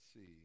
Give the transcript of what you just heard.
see